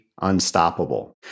unstoppable